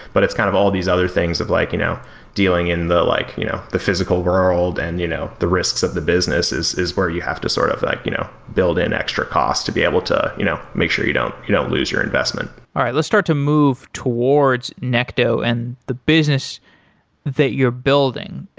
but it's kind of all these other things of like you know dealing dealing in the like you know the physical world and you know the risks of the business is is where you have to sort of like you know build in extra cost to be able to you know make sure you don't you don't lose your investment all right, let's start to move towards necto and the business that you're building.